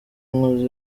nkoze